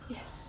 Yes